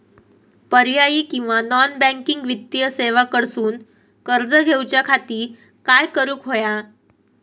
पर्यायी किंवा non banking वित्तीय सेवा कडसून कर्ज घेऊच्या खाती काय करुक होया?